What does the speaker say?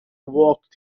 walked